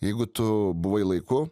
jeigu tu buvai laiku